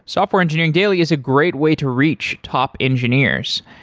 software engineering daily is a great way to reach top engineers.